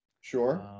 Sure